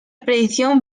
predicación